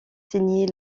signer